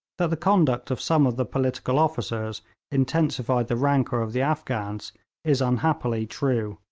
that the conduct of some of the political officers intensified the rancour of the afghans is unhappily true,